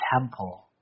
temple